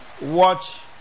Watch